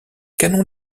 canon